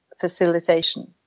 facilitation